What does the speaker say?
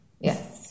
Yes